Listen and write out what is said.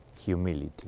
humility